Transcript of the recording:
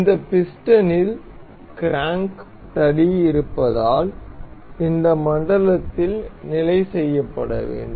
இந்த பிஸ்டனில் கிராங்க் தடி இருப்பதால் இந்த மண்டலத்தில் நிலை செய்யப்பட வேண்டும்